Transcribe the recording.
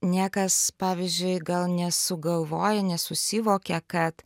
niekas pavyzdžiui gal nesugalvoja nesusivokia kad